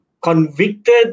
convicted